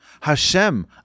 Hashem